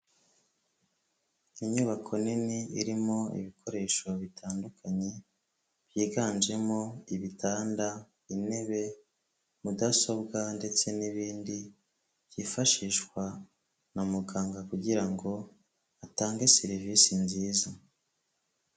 Inyubako nini irimo ibikoresho bitandukanye, byiganjemo ibitanda, intebe, mudasobwa ndetse n'ibindi byifashishwa na muganga kugira ngo atange serivisi nziza.